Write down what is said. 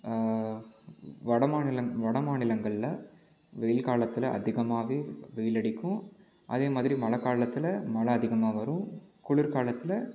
வடமாநிலங் வடமாநிலங்களில் வெயில் காலத்தில் அதிகமாகவே வெயில் அடிக்கும் அதேமாதிரி மழைக் காலத்தில் மழை அதிகமாக வரும் குளிர் காலத்தில்